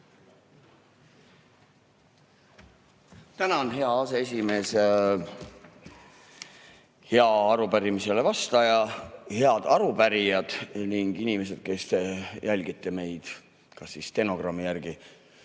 Tänan, hea aseesimees! Hea arupärimisele vastaja! Head arupärijad ning inimesed, kes te jälgite meid kas stenogrammi järgi